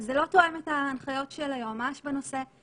זה לא תואם את ההנחיות של היועמ"ש בנושא.